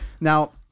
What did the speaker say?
Now